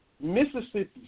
Mississippi